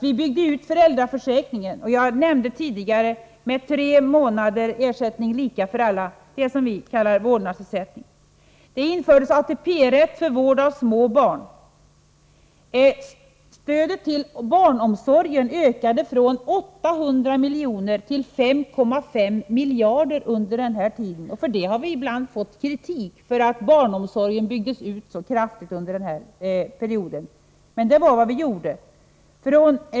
Vi byggde ut föräldraförsäkringen med tre månaders ersättning lika för alla, det vi kallar vårdnadsersättning. ATP-rätt infördes för vård av små barn. Stödet till barnomsorgen ökade från 800 milj.kr. till 5,5 miljarder kronor under denna tid. Vi har ibland fått kritik för att barnomsorgen byggdes ut så kraftigt under denna period. Men det var vad vi gjorde.